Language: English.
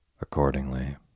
Accordingly